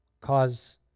Cause